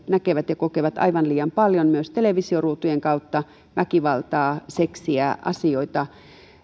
näkevät ja kokevat aivan liian paljon myös televisioruutujen kautta väkivaltaa seksiä asioita